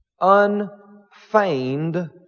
Unfeigned